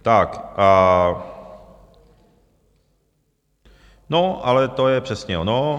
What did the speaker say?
Tak ale to je přesně ono.